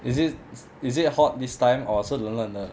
is it is it hot this time or 是冷冷的